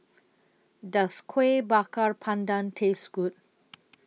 Does Kueh Bakar Pandan Taste Good